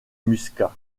muscat